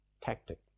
tactic